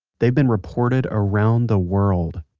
they've been reported around the world.